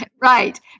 right